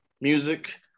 Music